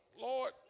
Lord